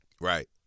Right